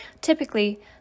Typically